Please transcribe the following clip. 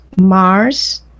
mars